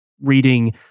reading